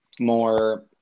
more